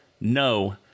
No